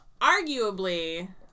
arguably